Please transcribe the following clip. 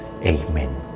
Amen